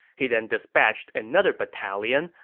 he then dispatched another battalion,